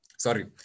Sorry